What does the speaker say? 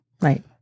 Right